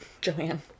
Joanne